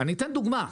אציג דוגמה.